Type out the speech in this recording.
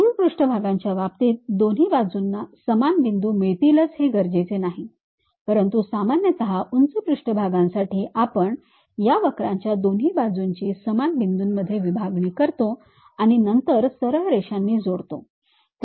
ruled पृष्ठभागांच्या बाबतीत दोन्ही बाजूंना समान बिंदू मिळतीलच हे गरजेचे नाही परंतु सामान्यतः उंच पृष्ठभागांसाठी आपण या वक्राच्या दोन्ही बाजूंची समान बिंदूंमध्ये विभागणी करतो आणि नंतर सरळ रेषांनी जोडतो